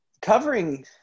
covering